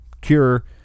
cure